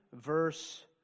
verse